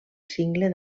cingle